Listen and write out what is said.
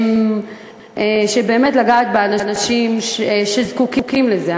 באמת לגעת באנשים שזקוקים לזה,